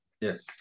Yes